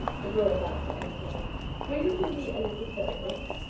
and were about to enter will you do me a little service?